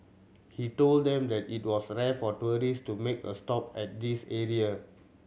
he told them that it was rare for tourist to make a stop at this area